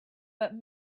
but